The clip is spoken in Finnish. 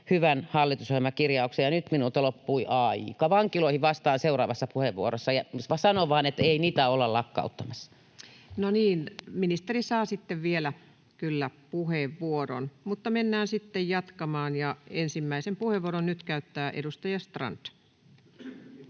hyvän hallitusohjelmakirjauksen. — Nyt minulta loppui aika. Vankiloihin vastaan seuraavassa puheenvuorossa. Sanon vaan, että ei niitä olla lakkauttamassa. No niin, ministeri saa sitten vielä kyllä puheenvuoron. — Mutta mennään sitten jatkamaan, ja ensimmäisen puheenvuoron nyt käyttää edustaja Strand.